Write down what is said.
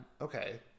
Okay